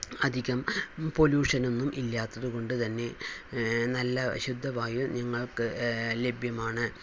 അധികം പൊല്യൂഷൻ ഒന്നുമില്ലാത്തതു കൊണ്ട് തന്നെ നല്ല ശുദ്ധവായു ഞങ്ങൾക്ക് ലഭ്യമാണ്